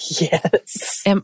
yes